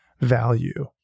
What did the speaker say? value